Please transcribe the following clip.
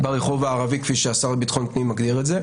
ברחוב הערבי, כפי שהשר לביטחון פנים מגדיר את זה.